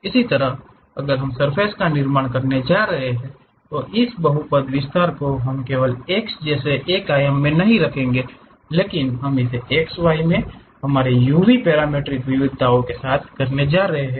इसी तरह अगर हम सर्फ़ेस का निर्माण करने जा रहे हैं तो इस बहुपद विस्तार को हम केवल x जैसे एक आयाम में नहीं करेंगे लेकिन हम इसे x y में हमारे u v पैरामीट्रिक विविधताओं से करने जा रहे हैं